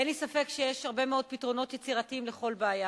אין לי ספק שיש הרבה מאוד פתרונות יצירתיים לכל בעיה.